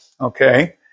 okay